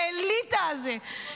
האליטה הזה,